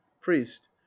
priest